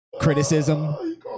criticism